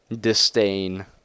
Disdain